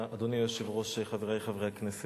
אדוני היושב-ראש, חברי חברי הכנסת,